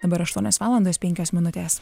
dabar aštuonios valandos penkios minutės